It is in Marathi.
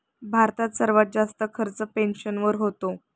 भारतात सर्वात जास्त खर्च पेन्शनवर होतो